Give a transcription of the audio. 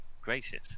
gracious